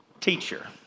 Teacher